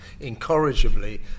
incorrigibly